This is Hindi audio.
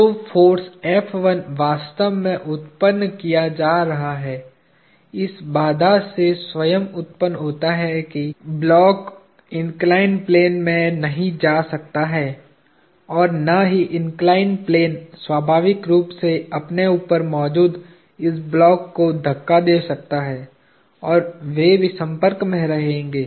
तोफोर्सवास्तव में उत्पन्न किया जा रहा है इस बाधा से स्वयं उत्पन्न होता है कि ब्लॉक इन्कलाईन्ड प्लेन में नहीं जा सकता है और न ही इन्कलाईन्ड प्लेन स्वाभाविक रूप से अपने ऊपर मौजूद इस ब्लॉक को धक्का दे सकता है और वे भी संपर्क में रहेंगे